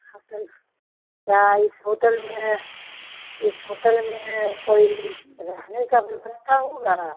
हाँ कल क्या इस होटल में इस होटल में कोई रहने का व्यवस्था होगा